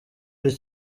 ari